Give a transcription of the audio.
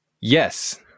Yes